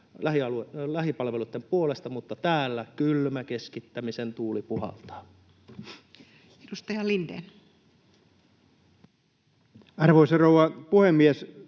ovat niiden puolella. Mutta täällä kylmä keskittämisen tuuli puhaltaa. Edustaja Lindén. Arvoisa rouva puhemies!